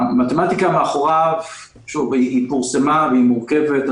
המתמטיקה מאחוריו פורסמה והיא מורכבת,